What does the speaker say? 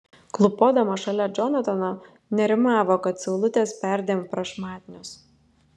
klūpodama šalia džonatano nerimavo kad saulutės perdėm prašmatnios